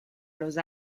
los